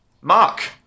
Mark